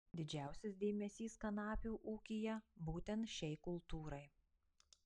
didžiausias dėmesys kanapių ūkyje būtent šiai kultūrai